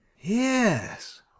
yes